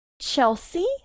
chelsea